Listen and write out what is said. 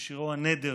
בשירו "הנדר"